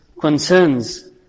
concerns